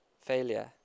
Failure